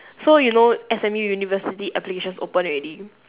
so you know S_M_U university application is open already